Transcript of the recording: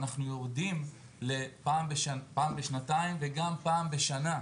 אנחנו יורדים לפעם בשנתיים וגם פעם בשנה.